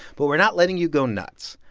but we're not letting you go nuts.